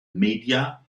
media